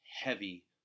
heavy